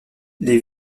les